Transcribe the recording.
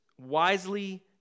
wisely